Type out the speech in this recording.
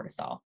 cortisol